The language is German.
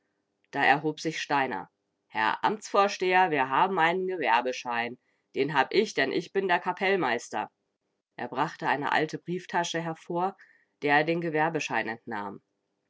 da erhob sich steiner herr amtsvorsteher wir haben ein'n gewerbeschein den hab ich denn ich bin der kapellmeister er brachte eine alte brieftasche hervor der er den gewerbeschein entnahm